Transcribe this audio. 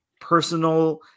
personal